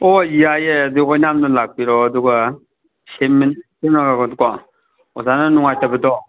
ꯍꯣꯏ ꯌꯥꯏꯌꯦ ꯑꯗꯨ ꯑꯣꯏꯅꯥꯝꯗ ꯂꯥꯛꯄꯤꯔꯣ ꯑꯗꯨꯒ ꯑꯣꯖꯥꯅ ꯅꯨꯡꯉꯥꯏꯇꯕꯗꯣ